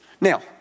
Now